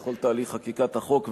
בכל תהליך חקיקת החוק.